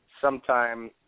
sometime